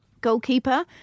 goalkeeper